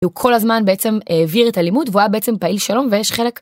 כל הזמן בעצם העביר את הלימוד והוא היה בעצם פעיל שלום ויש חלק.